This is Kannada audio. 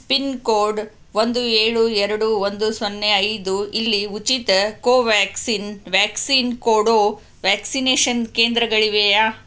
ಪಿನ್ಕೋಡ್ ಒಂದು ಏಳು ಎರಡು ಒಂದು ಸೊನ್ನೆ ಐದು ಇಲ್ಲಿ ಉಚಿತ ಕೋವ್ಯಾಕ್ಸಿನ್ ವ್ಯಾಕ್ಸಿನ್ ಕೊಡೋ ವ್ಯಾಕ್ಸಿನೇಷನ್ ಕೇಂದ್ರಗಳಿವೆಯಾ